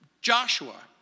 Joshua